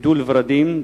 גידול ורדים,